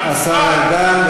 ארדן,